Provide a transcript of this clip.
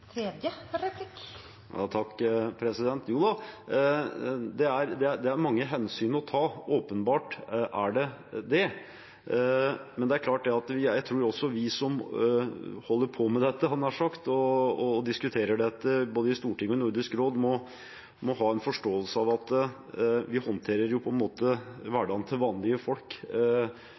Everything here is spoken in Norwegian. det er mange hensyn å ta – det er det åpenbart. Men også vi som holder på med dette og diskuterer det – både i Stortinget og i Nordisk råd – må ha en forståelse av at vi